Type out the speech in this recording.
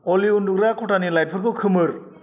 अलि उन्दुग्रा खथानि लाइटफोरखौ खोमोर